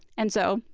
and so,